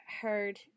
heard